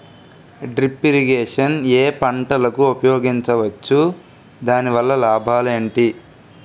Drip irrigation ఏ పంటలకు ఉపయోగించవచ్చు? దాని వల్ల లాభాలు ఏంటి?